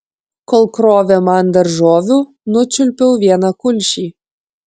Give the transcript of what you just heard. kol krovė man daržovių nučiulpiau vieną kulšį